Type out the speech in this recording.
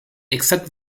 accepted